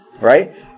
right